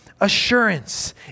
assurance